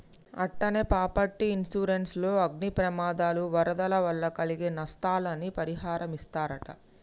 అట్టనే property insurance లో అగ్ని ప్రమాదాలు, వరదల వల్ల కలిగే నస్తాలని పరిహారమిస్తరట